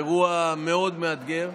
זה אירוע מאוד מאתגר,